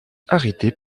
arrêté